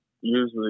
usually